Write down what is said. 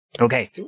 Okay